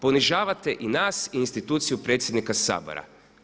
Ponižavate i nas i instituciju predsjednika Sabora.